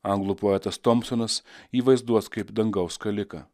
anglų poetas tomsonas į vaizduos kaip dangaus skaliką